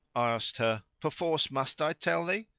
i asked her, perforce must i tell thee?